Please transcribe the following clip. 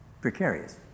precarious